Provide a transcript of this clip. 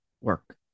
work